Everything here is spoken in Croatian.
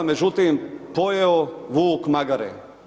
Međutim, pojeo vuk magare.